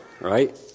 right